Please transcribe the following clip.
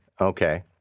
Okay